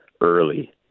Early